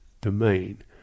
domain